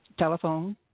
telephone